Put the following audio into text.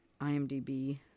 IMDB